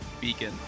Beacon